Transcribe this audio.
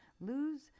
lose